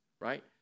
right